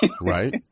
right